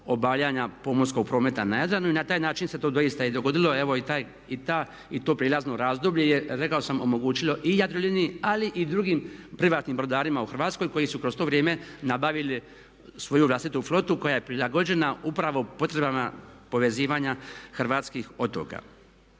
obavljanja pomorskog prometa na Jadranu i na taj način se to doista i dogodilo. Evo i ta, to prijelazno razdoblje je rekao sam omogućilo i Jadroliniji, ali i drugim privatnim brodarima u Hrvatskoj koji su kroz to vrijeme nabavili svoju vlastitu flotu koja je prilagođena upravo potrebama povezivanja hrvatskih otoka.